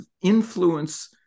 influence